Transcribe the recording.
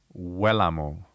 Wellamo